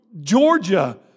Georgia